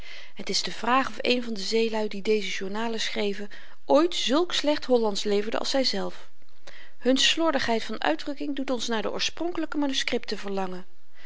het is de vraag of een van de zeeluî die deze journalen schreven ooit zulk slecht hollandsch leverde als zyzelf hun slordigheid van uitdrukking doet ons naar de oorspronkelyke manuskripten verlangen